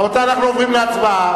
רבותי, אנחנו עוברים להצבעה.